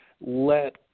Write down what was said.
Let